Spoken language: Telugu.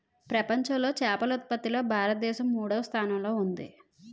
ప్రపంచంలో చేపల ఉత్పత్తిలో భారతదేశం మూడవ స్థానంలో ఉంది